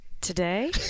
Today